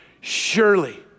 surely